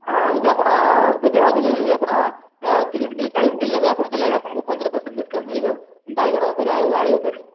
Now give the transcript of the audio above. ହଁ ଯଦି ଆପଣ ଦେବେ ଅଧିକ ଯଦି ଆପଣଙ୍କ ତିରିଶି କିଲୋ ଚାଳିଶି କିଲୋ ନେବେ ଆପଣ ତା'ହେଲେ ଆପଣଙ୍କୁ ପନ୍ଦର ପରସେଣ୍ଟ୍ ଡିସକାଉଣ୍ଟ୍ ମିଳିବ ବାଇଗଣ ଉପରେ ଆଉ ଆଳୁ ଉପରେ